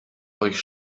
euch